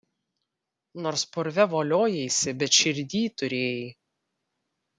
nors purve voliojaisi bet širdyj turėjai